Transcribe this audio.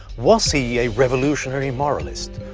was he a revolutionary moralist,